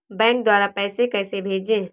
Bank द्वारा पैसे कैसे भेजें?